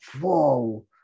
whoa